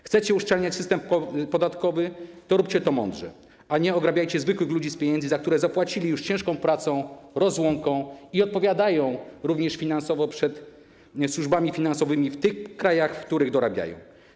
Chcecie uszczelniać system podatkowy, to róbcie to mądrze, a nie ograbiajcie zwykłych ludzi z pieniędzy, za które zapłacili już ciężką pracą, rozłąką i odpowiadają również finansowo przed służbami finansowymi w tych krajach, w których dorabiają.